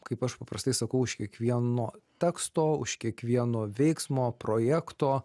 kaip aš paprastai sakau už kiekvieno teksto už kiekvieno veiksmo projekto